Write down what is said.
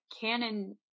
Canon